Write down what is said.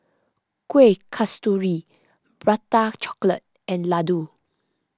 Kuih Kasturi Prata Chocolate and Laddu